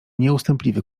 nieustępliwy